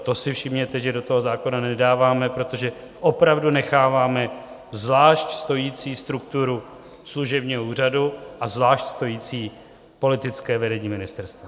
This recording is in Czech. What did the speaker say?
To si všimněte, že do toho zákona nedáváme, protože opravdu necháváme zvlášť stojící strukturu služebního úřadu a zvlášť stojící politické vedení ministerstva.